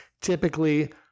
typically